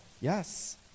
Yes